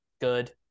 good